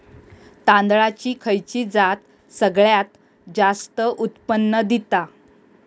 तांदळाची खयची जात सगळयात जास्त उत्पन्न दिता?